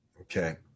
Okay